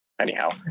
anyhow